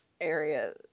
area